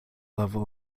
level